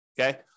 Okay